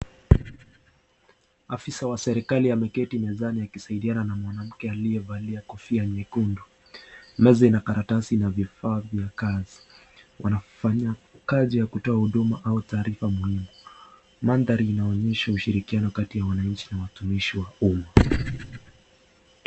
Afisa wa serikali ameketi mezani akisaidiana na mwanamke aliyevalia kofia nyekundu. Meza ina karatasi na vifaa vya kazi. Wanafanya kazi ya kutoa huduma au taarifa muhimu. Madhari inaonyesha ushirikiano kati ya wananchi na watumishi wa umma.